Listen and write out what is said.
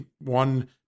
one